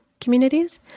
communities